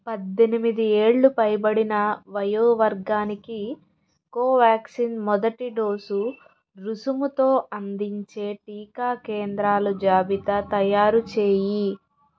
పద్దెనిమిది ఏళ్ళు పైబడిన వయో వర్గానికి కోవ్యాక్సిన్ మొదటి డోసు రుసుముతో అందించే టీకా కేంద్రాలు జాబితా తయారుచేయి